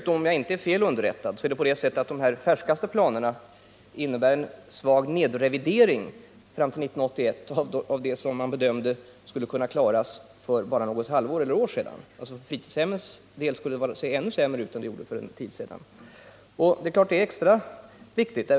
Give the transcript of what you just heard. Om jag inte är fel underrättad är det dessutom på det sättet att de färskaste planerna innebär en svag nedrevidering fram till 1981 av det som man bedömde skulle kunna klaras för bara något halvår eller något år sedan. Det skulle alltså för fritidshemmens del se ännu sämre ut än det gjorde för en tid sedan. Det är klart att detta är extra viktigt.